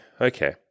Okay